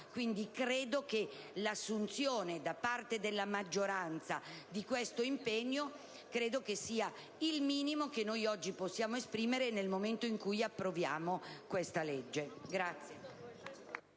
Quindi, credo che l'assunzione da parte della maggioranza di questo impegno sia il minimo che oggi possiamo chiedere nel momento in cui approviamo questa legge.